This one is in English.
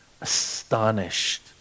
astonished